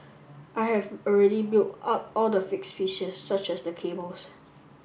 I have already built up all the fixed pieces such as the cables